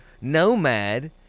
Nomad